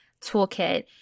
Toolkit